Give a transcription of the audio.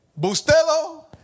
Bustelo